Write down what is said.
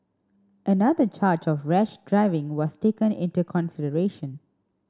another charge of rash driving was taken into consideration